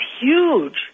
huge